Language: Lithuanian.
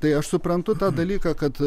tai aš suprantu tą dalyką kad